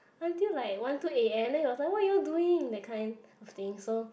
until like one two a_m then was like what you all doing that kind of thing so